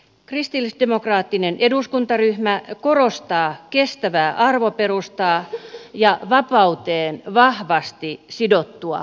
kristillisdemokraattinen eduskuntaryhmä korostaa kestävää arvoperustaa ja vapauteen vahvasti sidottua vastuuta